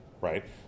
right